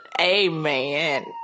Amen